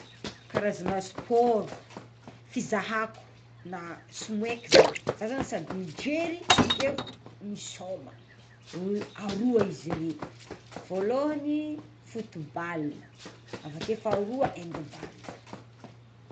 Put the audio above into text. Karazana sport, fizahako na somoaiko zany zah zany sady mijery avekeo misaoma aroa izy reo, voalohany football avakeo faharoa hand ball.